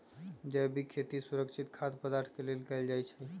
जैविक खेती सुरक्षित खाद्य पदार्थ के लेल कएल जाई छई